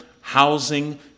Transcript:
housing